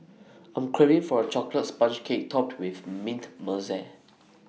I'm craving for A Chocolate Sponge Cake Topped with Mint Mousse